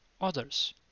others